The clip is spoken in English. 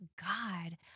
God